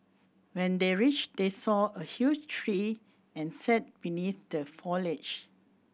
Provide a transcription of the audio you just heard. when they reached they saw a huge tree and sat beneath the foliage